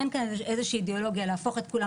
איך כאן איזושהי אידאולוגיה להפוך את כולם